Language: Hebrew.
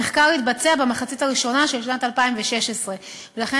המחקר יתבצע במחצית הראשונה של שנת 2016. ולכן,